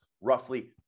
roughly